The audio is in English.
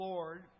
Lord